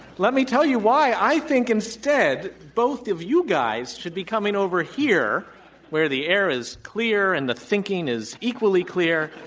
let me tell you why i think instead, both of you guys should be coming over here where the air is clear, and the thinking is equally clear